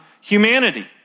humanity